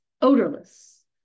odorless